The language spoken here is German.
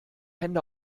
hände